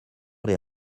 les